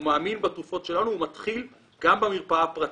הוא מאמין בתרופות שלנו והוא מתחיל גם במרפאה הפרטית.